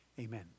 Amen